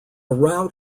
rout